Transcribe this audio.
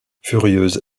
furieuse